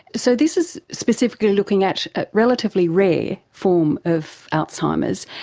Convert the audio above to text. so this is specifically looking at a relatively rare form of alzheimer's.